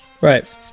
Right